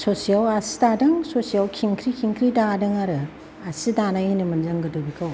ससेआव आसि दादों ससेआव खेंख्रि खेंख्रि दादों आरो आसि दानाय होनोमोन जों गोदो बेखौ